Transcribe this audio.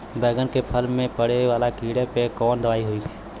बैगन के फल में पड़े वाला कियेपे कवन दवाई होई?